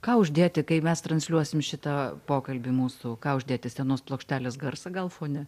ką uždėti kai mes transliuosim šitą pokalbį mūsų ką uždėti senos plokštelės garsą gal fone